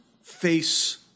face